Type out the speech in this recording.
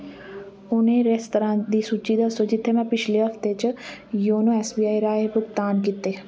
उ'नें रेस्तरां दी सूची दस्सो जित्थै में पिछले हफ्ते च योनो ऐस्सबीआई राहें भुगतान कीते